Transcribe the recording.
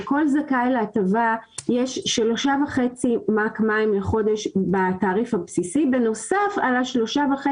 לכל זכאי להטבה יש 3.5 מ"ק מים לחודש בתעריף הבסיסי בנוסף על ה-3.5